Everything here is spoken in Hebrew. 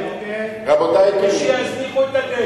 כן, כן, ויניחו את הנשק.